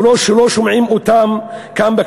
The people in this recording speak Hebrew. או לא שומעים אותן כאן,